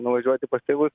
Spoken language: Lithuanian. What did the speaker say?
nuvažiuoti pas tėvus